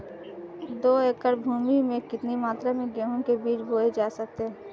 दो एकड़ भूमि में कितनी मात्रा में गेहूँ के बीज बोये जा सकते हैं?